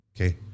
okay